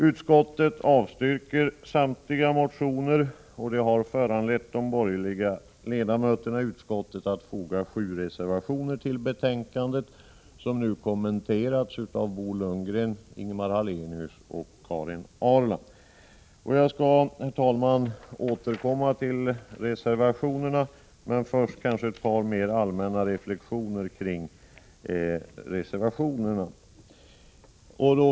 Utskottet avstyrker samtliga motioner, och det har föranlett de borgerliga ledamöterna i utskottet att foga 7 reservationer till betänkandet, som nu har kommenterats av Bo Lundgren, Ingemar Hallenius och Karin Ahrland. Jag skall, herr talman, återkomma till reservationerna, men först kanske jag bör göra ett par mer allmänna reflexioner kring dem.